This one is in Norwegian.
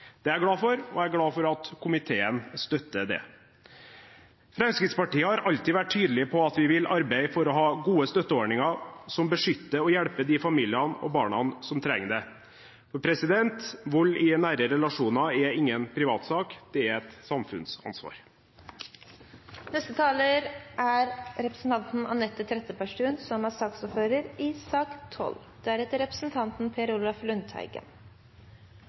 Det er jeg glad for, og jeg er glad for at komiteen støtter det. Fremskrittspartiet har alltid vært tydelige på at vi vil arbeide for å ha gode støtteordninger som beskytter og hjelper familiene og barna som trenger det. Vold i nære relasjoner er ingen privatsak, det er et samfunnsansvar. Det var aldri et mål for Arbeiderpartiet i regjering å legge fram meldinger for å kunne diskutere rollen familien har i